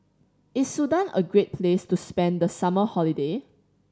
is Sudan a great place to spend the summer holiday